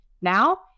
now